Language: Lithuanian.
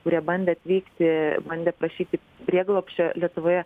kurie bandė atvykti bandė prašyti prieglobsčio lietuvoje